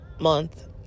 month